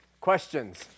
questions